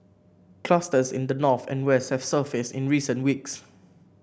clusters in the north and west have surfaced in recent weeks